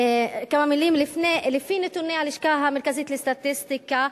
מלים: לפי נתוני הלשכה המרכזית לסטטיסטיקה,